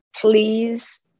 please